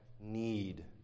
need